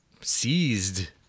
seized